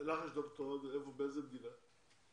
באיזו מדינה?